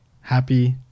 happy